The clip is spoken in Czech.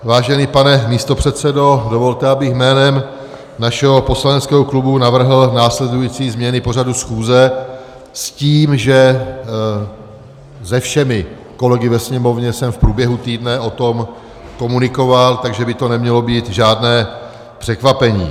Vážený pane místopředsedo, dovolte, abych jménem našeho poslaneckého klubu navrhl následující změny pořadu schůze, s tím, že se všemi kolegy ve Sněmovně jsem v průběhu týdne o tom komunikoval, takže by to nemělo být žádné překvapení.